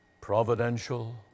providential